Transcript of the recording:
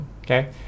okay